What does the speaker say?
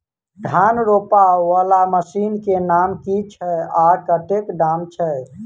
धान रोपा वला मशीन केँ नाम की छैय आ कतेक दाम छैय?